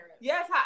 Yes